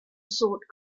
sought